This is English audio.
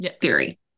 theory